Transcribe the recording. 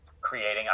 creating